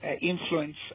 influence